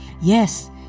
Yes